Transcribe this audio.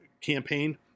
campaign